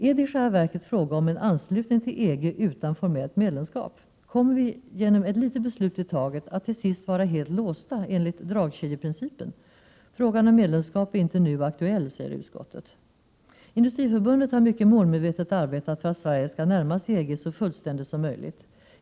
Är det i själva verket fråga om en anslutning till EG utan formellt medlemskap? Kommer vi genom ett litet beslut i taget att till sist vara helt låsta, enligt ”dragkedjeprincipen”? Frågan om medlemskap är inte nu aktuell, säger utskottet. Industriförbundet har mycket målmedvetet arbetat för att Sverige skall närma sig EG så fullständigt som möjligt.